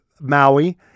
Maui